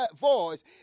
voice